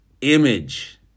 image